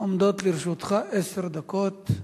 עומדות לרשותך עשר דקות.